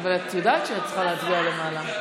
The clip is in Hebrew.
אבל את יודעת שאת צריכה להצביע למעלה.